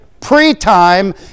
pre-time